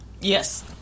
Yes